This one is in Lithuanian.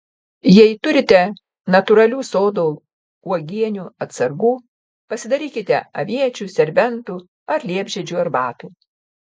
jei turite natūralių sodo uogienių atsargų pasidarykite aviečių serbentų ar liepžiedžių arbatų